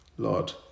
lord